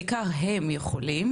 בעיקר הם יכולים.